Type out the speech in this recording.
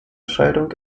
scheidung